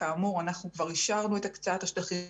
כאמור, אנחנו כבר אישרנו את הקצאת השטחים.